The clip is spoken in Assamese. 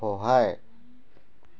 সহায়